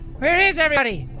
where is everybody?